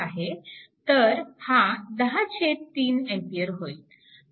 तर हा 103A होईल